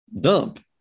dump